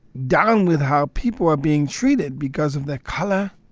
down with how people are being treated because of their color,